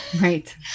Right